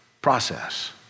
process